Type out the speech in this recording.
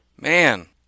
man